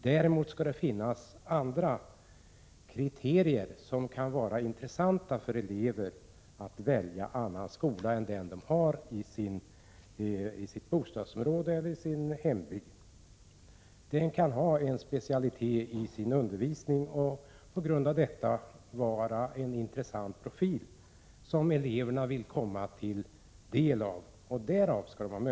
Det skall vara andra kriterier som gör det intressant för elever att välja en annan skola än den som finns i deras bostadsområde eller hembygd. Skolan kan ha en specialitet i sin undervisning och på grund av detta få en intressant profil, som gör att eleverna vill ta del av undervisningen där.